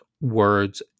words